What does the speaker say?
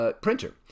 printer